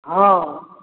हॅं